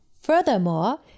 Furthermore